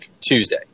Tuesday